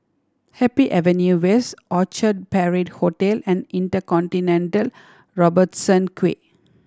Happy Avenue West Orchard Parade Hotel and InterContinental Robertson Quay